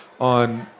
on